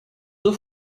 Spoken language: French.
eaux